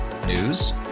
News